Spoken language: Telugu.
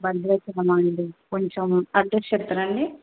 భద్రాచలం అండి కొంచెం అడ్రస్ చెప్తారా అండి